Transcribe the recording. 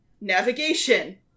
navigation